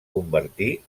convertir